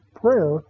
prayer